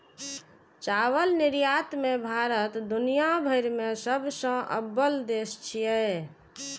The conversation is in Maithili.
चावल निर्यात मे भारत दुनिया भरि मे सबसं अव्वल देश छियै